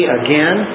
again